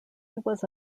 was